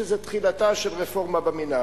שזאת תחילתה של רפורמה במינהל.